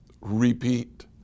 repeat